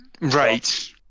Right